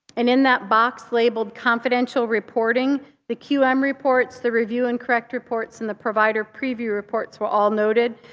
and in that box labeled confidential reporting the qm um reports, the review and corrects reports, and the provider preview reports were all noted.